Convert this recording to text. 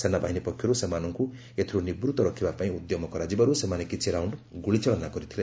ସେନାବାହିନୀ ପକ୍ଷରୁ ସେମାନଙ୍କୁ ଏଥିରୁ ନିବୂତ୍ତ ରଖିବା ପାଇଁ ଉଦ୍ୟମ କରାଯିବାରୁ ସେମାନେ କିଛି ରାଉଣ୍ଡ ଗ୍ୱଳିଚାଳନା କରିଥିଲେ